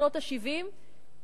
בשנות ה-70,